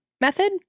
method